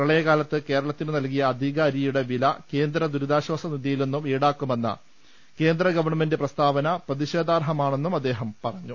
പ്രളയ കാലത്ത് കേരളത്തിന് നൽകിയ അധിക അരിയുടെ വില കേന്ദ്ര ദുരിതാശ്ചാസ നിധിയിൽനിന്നും ഈടാക്കുമെന്ന കേന്ദ്ര ഗവൺമെന്റ് പ്രസ്താവന പ്രതിഷേധാർഹമാണെന്നും അദ്ദേഹം പറഞ്ഞു